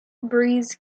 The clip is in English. breeze